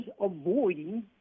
avoiding